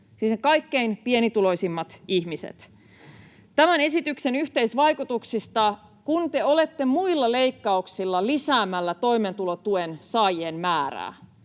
niiden kaikkein pienituloisimpien ihmisten. Tämän esityksen yhteisvaikutuksista: Kun te olette muilla leikkauksilla lisäämässä toimeentulotuen saajien määrää